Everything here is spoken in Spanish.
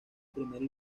primera